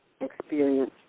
experience